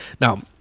Now